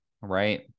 right